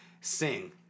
sing